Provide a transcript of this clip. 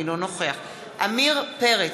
אינו נוכח עמיר פרץ,